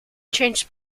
changed